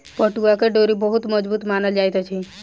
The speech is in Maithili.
पटुआक डोरी बहुत मजबूत मानल जाइत अछि